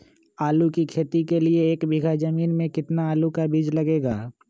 आलू की खेती के लिए एक बीघा जमीन में कितना आलू का बीज लगेगा?